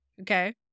Okay